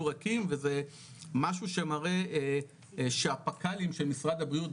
ריקים וזה משהו שמראה שהפק"לים של משרד הבריאות,